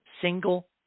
single